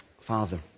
Father